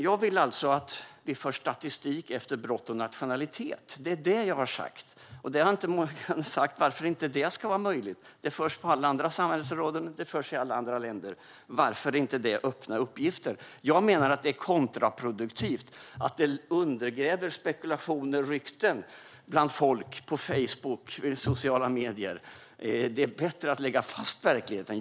Jag vill alltså att vi för statistik om brott och nationalitet. Det är det jag har sagt. Morgan har inte sagt varför det inte ska vara möjligt. Det förs sådan statistik på alla andra samhällsområden. Det förs i alla andra länder. Varför är det inte öppna uppgifter? Jag menar att det nu är kontraproduktivt och att det är en grogrund för spekulationer och rykten på Facebook och i andra sociala medier. Det är bättre att lägga fast verkligheten.